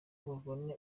babone